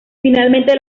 finalmente